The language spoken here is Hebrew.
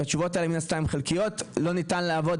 התשובות האלה הן מן הסתם חלקיות לא ניתן לעבוד,